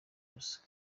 ubusa